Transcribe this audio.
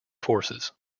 forces